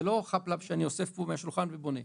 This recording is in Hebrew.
זה לא חאפ-לאפ שאני אוסף פה מהשולחן ובונה.